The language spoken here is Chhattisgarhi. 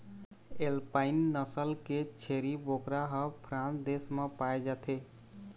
एल्पाइन नसल के छेरी बोकरा ह फ्रांस देश म पाए जाथे